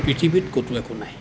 পৃথিৱীত ক'তো একো নাই